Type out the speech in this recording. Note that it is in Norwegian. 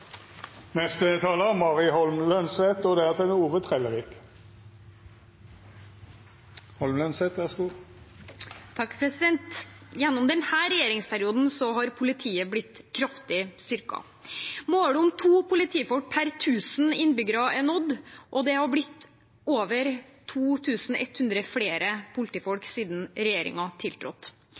og kompetansemessig. Gjennom denne regjeringsperioden har politiet blitt kraftig styrket. Målet om to politifolk per tusen innbyggere er nådd, og det har blitt over 2 100 flere politifolk siden regjeringen tiltrådte.